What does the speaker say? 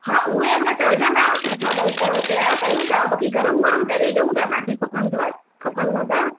हा उहे अञा तरिजंदा असां तयारु कयूं था बाक़ी गरम गरम तरे ॾियूं था तव्हांखे खपनिव खपनिव त